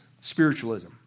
spiritualism